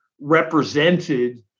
represented